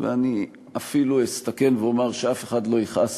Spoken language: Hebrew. ואני אפילו אסתכן ואומר שאף אחד לא יכעס